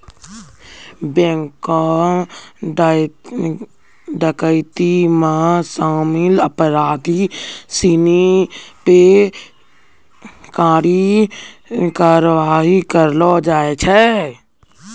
bank डकैती मे शामिल अपराधी सिनी पे कड़ी कारवाही करलो जाय छै